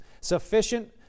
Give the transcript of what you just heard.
Sufficient